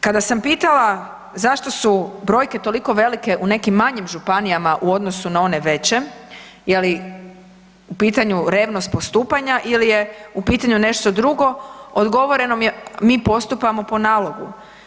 Kada sam pitala zašto su brojke toliko velike u nekim manjim županijama u odnosu na one veće, je li u pitanju revnost postupanja ili je u pitanju nešto drugo, odgovoreno mi je mi postupamo po nalogu.